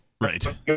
Right